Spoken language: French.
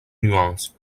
nuance